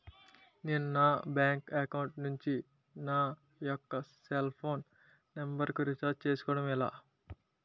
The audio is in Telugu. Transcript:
నేను నా బ్యాంక్ అకౌంట్ నుంచి నా యెక్క సెల్ ఫోన్ నంబర్ కు రీఛార్జ్ చేసుకోవడం ఎలా?